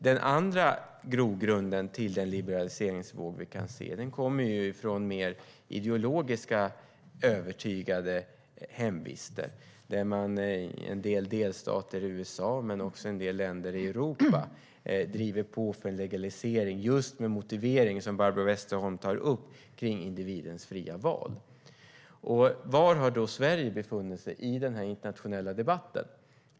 Den andra grogrunden till den liberaliseringsvåg vi kan se kommer från mer ideologiskt övertygade hemvister, där en del delstater i USA men också en del länder i Europa driver på för en legalisering med just den motivering som Barbro Westerholm tar upp om individens fria val. Var har då Sverige befunnit sig i den internationella debatten?